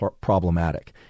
problematic